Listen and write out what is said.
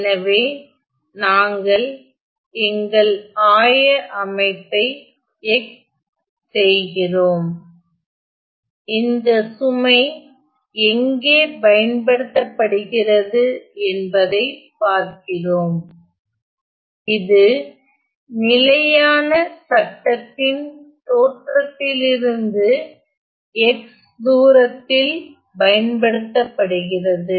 எனவே நாங்கள் எங்கள் ஆய அமைப்பை x செய்கிறோம் இந்த சுமை எங்கே பயன்படுத்தப்படுகிறது என்பதைப் பார்க்கிறோம் இது நிலையான சட்டத்தின் தோற்றத்திலிருந்து x தூரத்தில் பயன்படுத்தப்படுகிறது